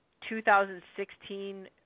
2016 –